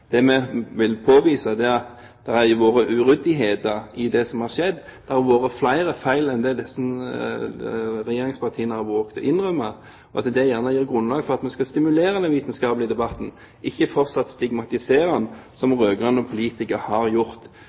Det vi vil påvise, er at det har vært uryddigheter i forbindelse med det som har skjedd, at det har vært flere feil enn det regjeringspartiene har våget å innrømme, og at det gjerne gir grunnlag for at vi skal stimulere den vitenskapelige debatten, ikke fortsatt stigmatisere den, som rød-grønne politikere har gjort.